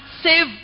save